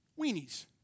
weenies